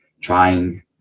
trying